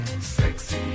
Sexy